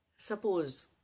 suppose